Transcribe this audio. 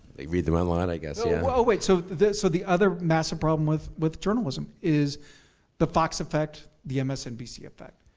they read them online i guess. oh, wait, so so the other massive problem with with journalism is the fox effect, the msnbc effect.